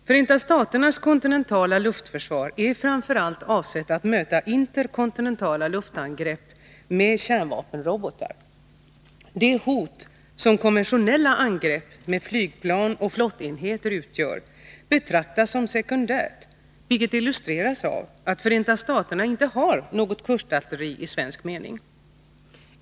Förenta staternas kontinentala luftförsvar är framför allt avsett att möta interkontinentala luftangrepp med kärnvapenrobotar. Det hot som konventionella angrepp med flygplan och flottenheter utgör betraktas som sekundärt, vilket illustreras av att Förenta staterna inte har något kustartilleri isvensk mening.